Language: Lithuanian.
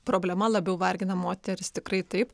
problema labiau vargina moteris tikrai taip